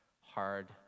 hard